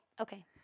okay